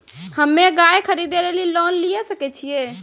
हम्मे गाय खरीदे लेली लोन लिये सकय छियै?